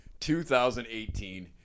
2018